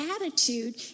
attitude